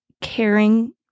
caring